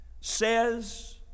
Says